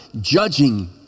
judging